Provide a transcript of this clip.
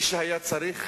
שצריך